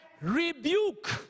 rebuke